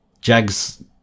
Jags